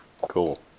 Cool